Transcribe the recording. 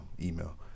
Email